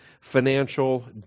financial